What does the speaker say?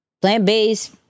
Plant-based